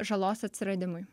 žalos atsiradimui